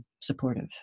supportive